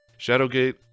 Shadowgate